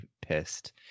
pissed